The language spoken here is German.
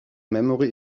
memory